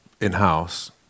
in-house